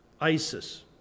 ISIS